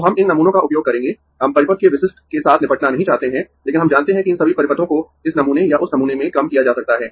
तो हम इन नमूनों का उपयोग करेंगें हम परिपथ के विशिष्ट के साथ निपटना नहीं चाहते है लेकिन हम जानते है कि इन सभी परिपथों को इस नमूने या उस नमूने में कम किया जा सकता है